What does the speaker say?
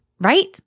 right